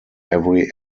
every